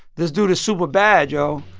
this dude is super bad, yo,